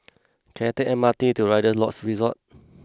can I take M R T to Rider Lodges Resort